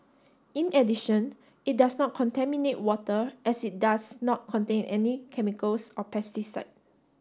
in addition it does not contaminate water as it does not contain any chemicals or pesticide